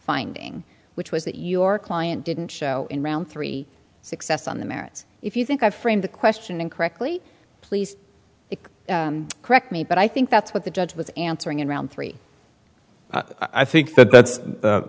finding which was that your client didn't show in round three success on the merits if you think i framed the question incorrectly please correct me but i think that's what the judge was answering in round three i think that that's the